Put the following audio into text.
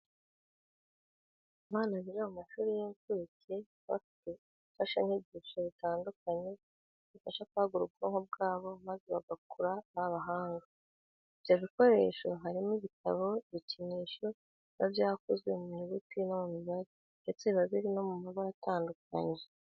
Abana biga mu mashuri y'incuke baba bafite imfashanyigisho zitandukanye zibafasha kwagura ubwonko bwabo maze bakazakura ari abahanga. Ibyo bikoresho harimo ibitabo, ibikinisho biba bikozwe mu nyuguti no mu mibare ndetse biba biri no mu mabara atandukanye.